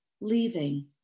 leaving